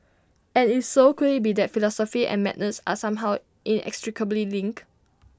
and if so could IT be that philosophy and madness are somehow inextricably linked